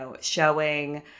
showing